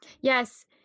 Yes